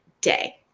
day